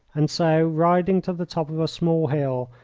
and so, riding to the top of a small hill,